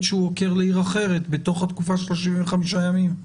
ועוקר לעיר אחרת בתוך התקופה של 35 הימים?